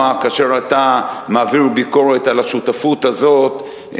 כאשר אתה מעביר ביקורת על השותפות הזאת,